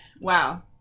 Wow